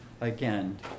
again